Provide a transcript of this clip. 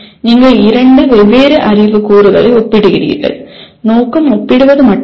நீங்கள் இரண்டு வெவ்வேறு அறிவு கூறுகளை ஒப்பிடுகிறீர்கள் நோக்கம் ஒப்பிடுவது மட்டுமே